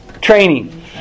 Training